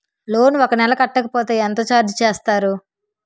Loan ఒక నెల కట్టకపోతే ఎంత ఛార్జ్ చేస్తారు?